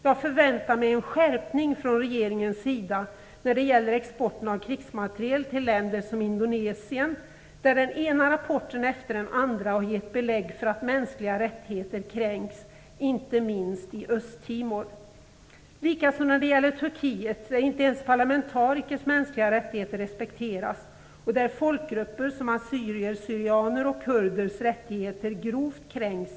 Jag förväntar mig en skärpning från regeringens sida när det gäller exporten av krigsmateriel till sådana länder som Indonesien, där den ena rapporten efter den andra har gett belägg för att mänskliga rättigheter kränks, inte minst i Öst-Timor. Det förhåller sig likadant i Turkiet. Där respekteras inte ens parlamentarikers mänskliga rättigheter och där kränks folkgrupper som assyrier/syrianers och kurders rättigheter grovt.